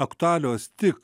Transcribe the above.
aktualios tik